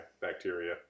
bacteria